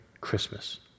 Christmas